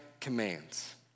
Commands